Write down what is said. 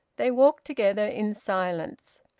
they walked together in silence.